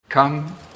Come